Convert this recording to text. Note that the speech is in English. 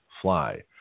fly